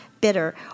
bitter